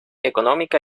económica